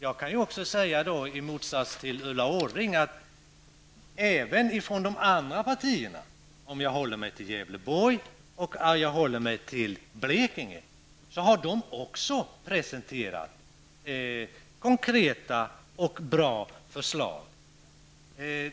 Jag kan också, om jag håller mig till Gävleborg och Blekinge, i motsats till Ulla Orring säga att även de andra partierna har presenterat konkreta och bra förslag.